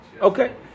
Okay